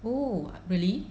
oh really